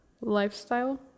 lifestyle